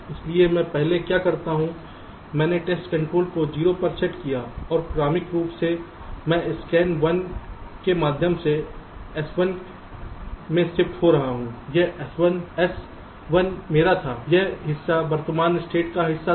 इसलिए मैं पहले क्या करता हूं मैंने टेस्ट कंट्रोल को 0 पर सेट किया और क्रमिक रूप से मैं स्कैन 1 के माध्यम से S 1 में शिफ्ट हो गया यह S 1 मेरा था यह हिस्सा वर्तमान स्टेट का हिस्सा था